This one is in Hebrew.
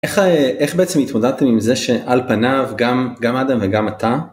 איך בעצם התמודדתם עם זה שעל פניו גם גם אדם וגם אתה.